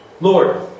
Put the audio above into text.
Lord